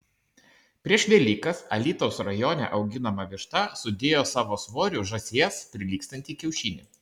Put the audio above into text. prieš velykas alytaus rajone auginama višta sudėjo savo svoriu žąsies prilygstantį kiaušinį